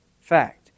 fact